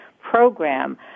Program